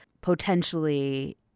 potentially